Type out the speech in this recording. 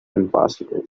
impossible